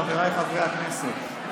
חבריי חברי הכנסת,